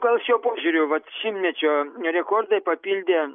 gal šiuo požiūriu vat šimtmečio rekordai papildė